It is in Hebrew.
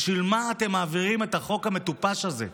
בשביל מה אתם מעבירים את החוק המטופש הזה?